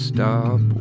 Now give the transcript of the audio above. Stop